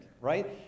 right